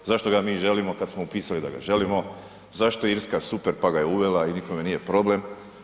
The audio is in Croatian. Zašto ga mi želimo kad smo upisali da ga želimo, zašto je Irska super pa ga je uvela i nikome nije problem.